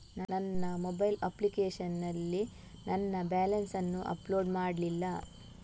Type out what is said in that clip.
ನನ್ನ mobile application ನಲ್ಲಿ ನನ್ನ ಬ್ಯಾಲೆನ್ಸ್ ಅನ್ನು ಅಪ್ಡೇಟ್ ಮಾಡ್ಲಿಲ್ಲ